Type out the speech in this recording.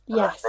Yes